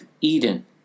Eden